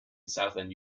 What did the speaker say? southend